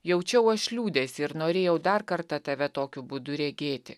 jaučiau aš liūdesį ir norėjau dar kartą tave tokiu būdu regėti